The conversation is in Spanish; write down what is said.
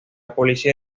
policía